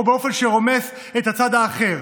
או באופן שרומס את הצד האחר.